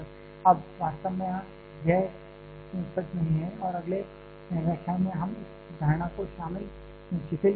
अब वास्तव में यह सच नहीं है और अगले व्याख्यान में हम इस धारणा को शिथिल करेंगे